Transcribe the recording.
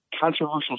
controversial